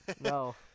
No